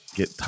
get